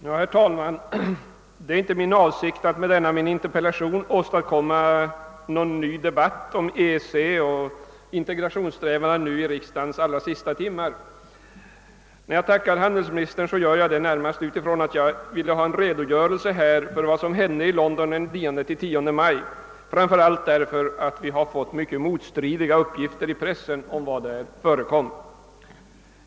Herr talman! Det är inte min avsikt att med min interpellation nu, i riksdagens allra sista timmar, åstadkomma någon ny debatt kring EEC och integrationssträvandena. När jag tackar handelsministern gör jag det närmast med utgångspunkt från att jag önskade få en redogörelse för vad som hände i London den 9—10 maj, framför allt därför att pressen lämnat mycket motstridiga uppgifter om vad som där förekom.